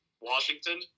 Washington